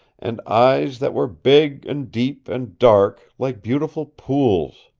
and eyes that were big and deep and dark, like beautiful pools.